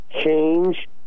change